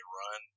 run